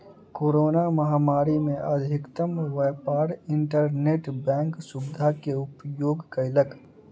corona महामारी में अधिकतम व्यापार इंटरनेट बैंक सुविधा के उपयोग कयलक